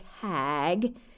Tag